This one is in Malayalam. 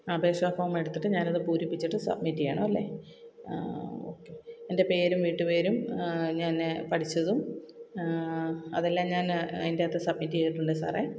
അപേക്ഷ ഫോമെടുത്തിട്ട് ഞാനത് പൂരിപ്പിച്ചിട്ട് സബ്മിറ്റ് ചെയ്യണം അല്ലേ ഓകെ എന്റെ പേരും വീട്ടുപേരും ഞാനെ പഠിച്ചതും അതെല്ലാം ഞാൻ അതിന്റകത്ത് സബ്മിറ്റ് ചെയ്തിട്ടുണ്ട് സാറേ